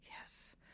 Yes